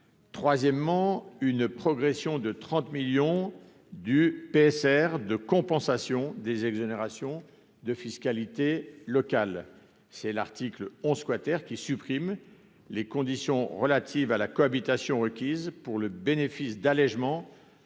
troisièmement, une progression de 30 millions du PSR de compensation des exonérations de fiscalité locale, c'est l'article 11 squatter qui supprime les conditions relatives à la cohabitation requises pour le bénéfice d'allégement